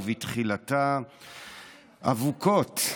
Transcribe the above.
ובתחילתה אבוקות.